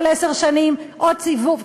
כל עשר שנים עוד סיבוב.